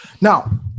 now